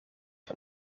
van